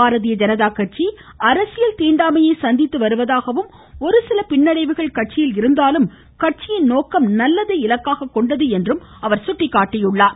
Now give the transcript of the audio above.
பாரதிய ஜனதா கட்சி அரசியல் தீண்டாமையை சந்தித்து வருவதாகவும் ஒருசில பின்னடைவுகள் கட்சியில் இருந்தாலும் கட்சியின் நோக்கம் நல்லதை இலக்காக கொண்டது என்றும் அவர் சுட்டிக்காட்டினார்